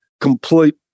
complete